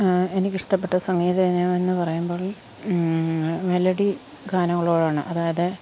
എനിക്ക് ഇഷ്ടപ്പെട്ട സംഗീതയിനം എന്ന് പറയുമ്പോൾ മെലഡി ഗാനങ്ങളോടാണ് അതായത്